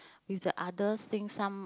with the others sing some